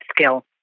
skill